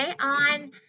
on